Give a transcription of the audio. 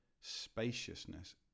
spaciousness